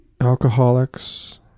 alcoholics